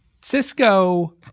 Cisco